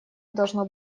должно